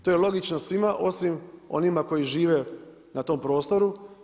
To je logično svima osim onima koji žive na tom prostoru.